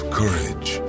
courage